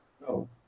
No